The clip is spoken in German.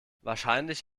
wahrscheinlich